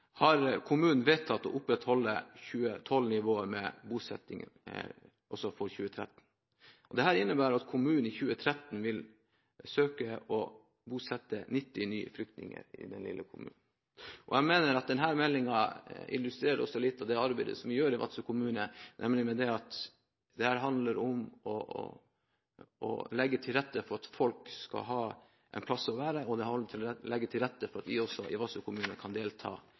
har kommunen vedtatt å opprettholde 2012-nivået på bosetting også for 2013. Dette innebærer at denne lille kommunen i 2013 vil søke å bosette 90 nye flyktninger. Jeg mener at meldingen illustrerer litt av det arbeidet som gjøres i Vadsø kommune, nemlig at dette handler om å legge til rette for at folk skal ha en plass å være, og det handler om å legge til rette for at også vi i Vadsø kommune kan delta